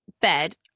bed